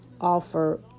offer